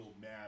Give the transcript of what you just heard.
mad